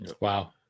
Wow